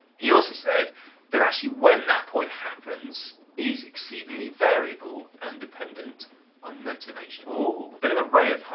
he also said that actually when that point happens is exceedingly variable and dependent on motivation. ohh, bit of a ray of hope.